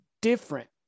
different